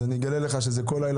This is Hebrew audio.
אני מסכים אבל אני אגלה לך שכל לילה